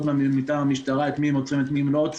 מטעם המשטרה את מי עוצרים ואת מי לא.